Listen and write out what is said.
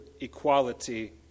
equality